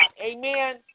Amen